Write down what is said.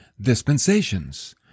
dispensations